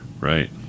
Right